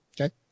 Okay